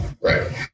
Right